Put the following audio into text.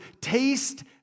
taste